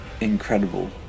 incredible